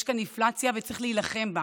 יש כאן אינפלציה, וצריך להילחם בה.